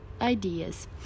ideas